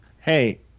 hey